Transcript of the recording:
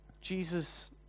Jesus